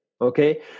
okay